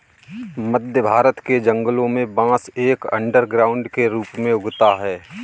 मध्य भारत के जंगलों में बांस एक अंडरग्राउंड के रूप में उगता है